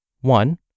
One